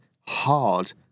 hard